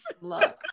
look